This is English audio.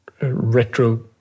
retro